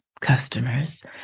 customers